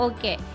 Okay